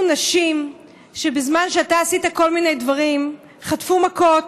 אלו נשים שבזמן שאתה עשית כל מיני דברים חטפו מכות,